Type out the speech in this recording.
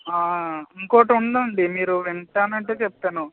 ఇంకోటి ఉందండి మీరు వింటానంటే చెప్తాను